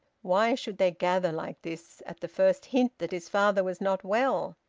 why should they gather like this at the first hint that his father was not well?